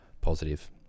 positive